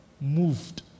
moved